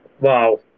wow